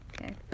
Okay